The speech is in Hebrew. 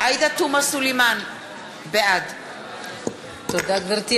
עאידה תומא סלימאן, בעד תודה, גברתי.